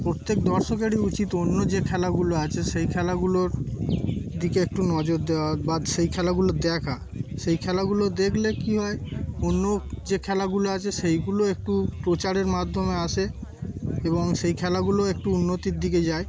প্রত্যেক দর্শকেরই উচিত অন্য যে খেলাগুলো আছে সেই খেলাগুলোর দিকে একটু নজর দেওয়া বা সেই খেলাগুলো দেখা সেই খেলাগুলো দেখলে কী হয় অন্য যে খেলাগুলো আছে সেইগুলো একটু প্রচারের মাধ্যমে আসে এবং সেই খেলাগুলো একটু উন্নতির দিকে যায়